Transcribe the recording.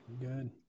Good